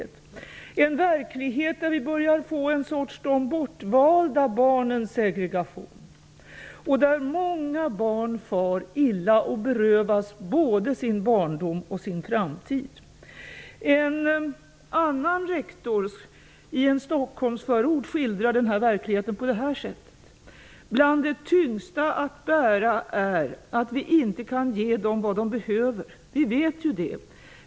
Det är en verklighet där vi börjar få en sorts ''de bortvalda barnens segregation'', och där många barn far illa och berövas både sin barndom och sin framtid. En annan rektor i en Stockholmsförort skildrar denna verklighet så här: Bland det tyngsta att bära är att vi inte kan ge dem vad de behöver. Vi vet det.